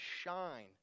shine